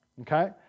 okay